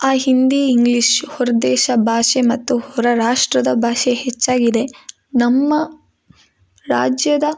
ಆ ಹಿಂದಿ ಇಂಗ್ಲಿಷ್ ಹೊರದೇಶ ಭಾಷೆ ಮತ್ತು ಹೊರ ರಾಷ್ಟ್ರದ ಭಾಷೆ ಹೆಚ್ಚಾಗಿದೆ ನಮ್ಮ ರಾಜ್ಯದ